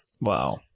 Wow